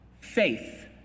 faith